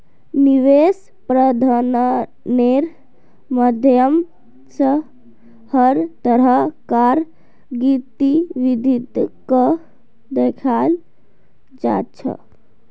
निवेश प्रबन्धनेर माध्यम स हर तरह कार गतिविधिक दखाल जा छ